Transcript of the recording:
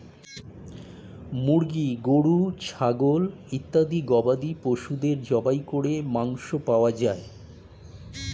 মুরগি, গরু, ছাগল ইত্যাদি গবাদি পশুদের জবাই করে মাংস পাওয়া যায়